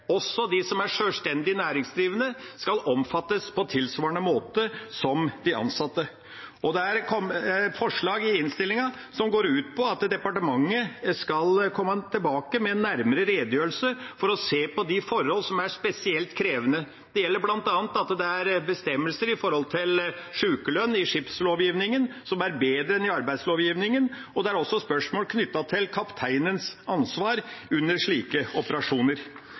også de som er sjølstendig næringsdrivende, skal omfattes på tilsvarende måte som de ansatte. Det er kommet forslag i innstillinga som går ut på at departementet skal komme tilbake med en nærmere redegjørelse for å se på de forholdene som er spesielt krevende. Det gjelder bl.a. at det er bestemmelser for sykelønn i skipslovgivningen som er bedre enn i arbeidslovgivningen. Det er også spørsmål knyttet til kapteinens ansvar under slike operasjoner.